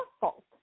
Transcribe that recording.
fault